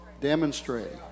demonstrating